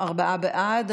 ארבעה בעד.